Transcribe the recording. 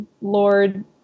Lord